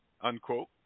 unquote